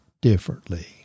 differently